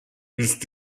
ist